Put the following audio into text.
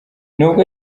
nubwo